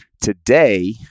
today